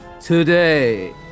Today